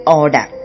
order